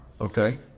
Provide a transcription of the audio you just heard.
Okay